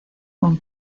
con